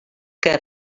què